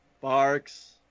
Barks